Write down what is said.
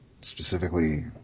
specifically